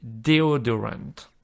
deodorant